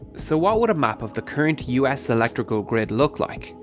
so what would a map of the current us electrical grid look like?